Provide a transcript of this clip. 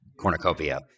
cornucopia